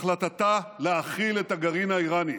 החלטתה להכיל את הגרעין האיראני,